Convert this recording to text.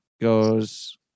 goes